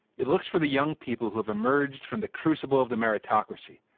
it looks for the young people who have emerged from the crucible of the meritocracy,